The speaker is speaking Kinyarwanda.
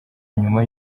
nyuma